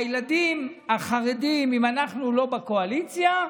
הילדים החרדים, אם אנחנו לא בקואליציה,